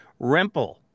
Rempel